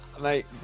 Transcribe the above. mate